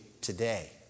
today